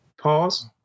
pause